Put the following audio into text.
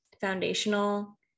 foundational